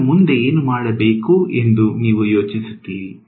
ನಾನು ಮುಂದೆ ಏನು ಮಾಡಬೇಕು ಎಂದು ನೀವು ಯೋಚಿಸುತ್ತೀರಿ